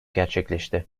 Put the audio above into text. gerçekleşti